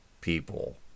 people